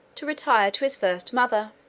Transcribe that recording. to retire to his first mother.